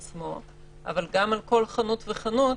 עשינו משהו מהיר, אבל לפעמים זה לא